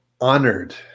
honored